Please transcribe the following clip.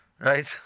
Right